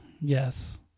yes